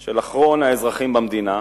של אחרון האזרחים במדינה,